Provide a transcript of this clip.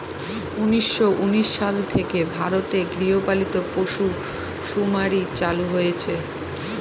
উনিশশো উনিশ সাল থেকে ভারতে গৃহপালিত পশুসুমারী চালু হয়েছে